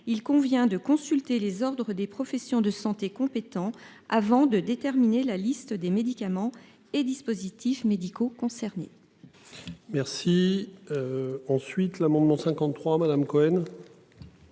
il convient de consulter les ordres des professions de santé compétent avant de déterminer la liste des médicaments et dispositifs médicaux concernés. Merci. Ensuite l'amendement 53 Madame Cohen.